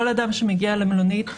כל אדם שמגיע למלונית,